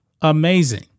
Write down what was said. Amazing